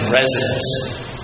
residents